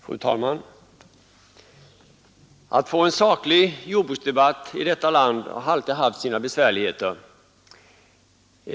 Fru talman! Att få till stånd en saklig jordbruksdebatt i detta land har alltid varit besvärligt.